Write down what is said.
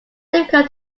difficult